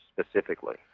specifically